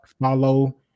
follow